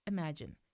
Imagine